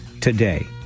today